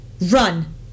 run